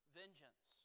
vengeance